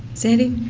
sandy